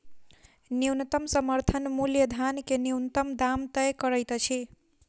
न्यूनतम समर्थन मूल्य धान के न्यूनतम दाम तय करैत अछि